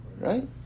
right